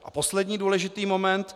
A poslední důležitý moment.